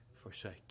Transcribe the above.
forsake